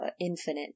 infinite